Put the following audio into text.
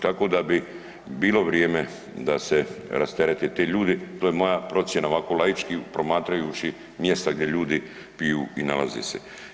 Tako da bi bilo vrijeme da se rasterete ti ljudi, to je moja procjena, ovako laički promatrajući mjesta gdje ljudi piju i nalaze se.